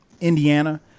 Indiana